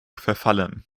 verfallen